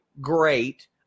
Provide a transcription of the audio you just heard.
Great